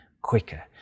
quicker